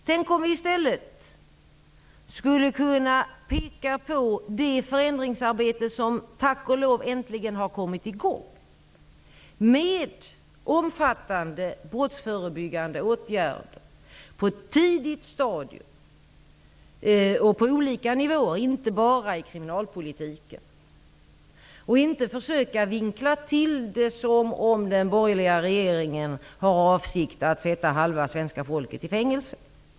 Tänk om vi i stället skulle kunna peka på det förändringsarbete som tack och lov äntligen har kommit i gång, med omfattande brottsförebyggande åtgärder på ett tidigt stadium och på olika nivåer, inte bara i kriminalpolitiken, och inte försöka vinkla till det som om den borgerliga regeringen har för avsikt att sätta halva svenska folket i fängelse.